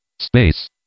SPACE